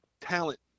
talent